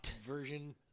version